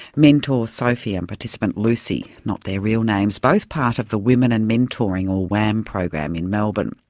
mentor sophie and participant lucy, not their real names, both part of the women and mentoring or wam program in melbourne.